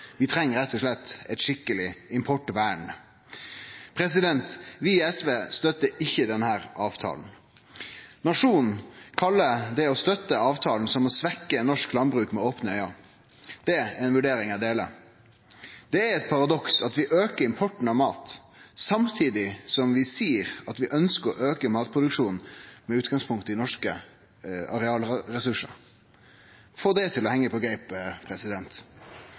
Vi treng rett og slett eit skikkeleg importvern. Vi i SV støttar ikkje denne avtala. Nationen kallar det å støtte denne avtala å svekkje norsk landbruk med opne auge. Det er ei vurdering eg deler. Det er eit paradoks at vi aukar importen av mat samtidig som vi seier at vi ønskjer å auke matproduksjonen med utgangspunkt i norske arealressursar. – Få det til å henge på